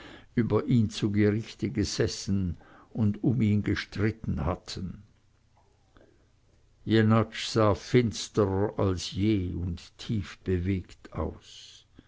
über ihn zu gerichte gesessen und um ihn gestritten hatten jenatsch sah finsterer als je und tief bewegt aus